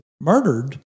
murdered